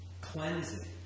Cleansing